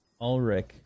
Ulrich